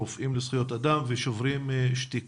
רופאים לזכויות אדם ו"שוברים שתיקה".